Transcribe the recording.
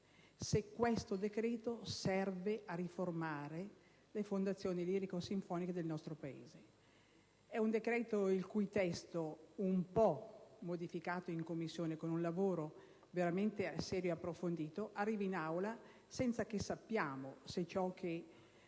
se questo decreto serve davvero a riformare le fondazioni lirico-sinfoniche del nostro Paese. È un decreto il cui testo, un po' modificato in Commissione, con un lavoro veramente serio e approfondito, arriva in Aula senza sapere se ciò che